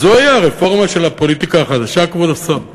אז זוהי הרפורמה של הפוליטיקה החדשה, כבוד השר?